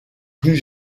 plus